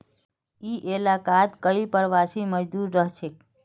ई इलाकात कई प्रवासी मजदूर रहछेक